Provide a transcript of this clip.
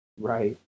Right